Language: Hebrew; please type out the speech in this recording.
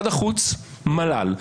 מלול,